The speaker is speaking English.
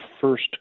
first